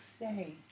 say